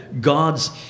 God's